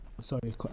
sorry